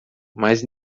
mas